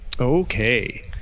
Okay